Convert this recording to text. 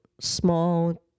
small